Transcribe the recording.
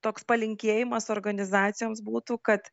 toks palinkėjimas organizacijoms būtų kad